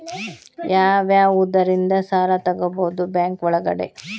ಯಾವ್ಯಾವುದರಿಂದ ಸಾಲ ತಗೋಬಹುದು ಬ್ಯಾಂಕ್ ಒಳಗಡೆ?